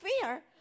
fear